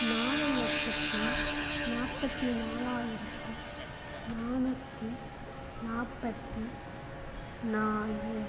நாலு லட்சத்தி நாற்பத்தி நாலாயிரத்தி நானூற்றி நாற்பத்தி நாலு